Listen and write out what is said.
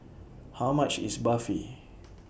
How much IS Barfi